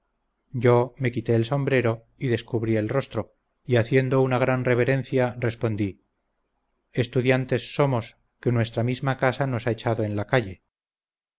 yo me quité el sombrero y descubrí el rostro y haciendo una gran reverencia respondí estudiantes somos que nuestra misma casa nos ha echado en la calle